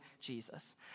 Jesus